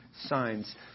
signs